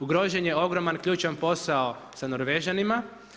Ugrožen je ogroman ključan posao sa Norvežanima.